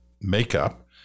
makeup